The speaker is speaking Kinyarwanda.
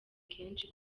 kenshi